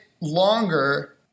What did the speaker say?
longer